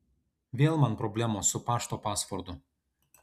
vėl man problemos su pašto pasvordu